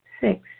six